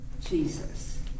Jesus